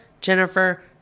Jennifer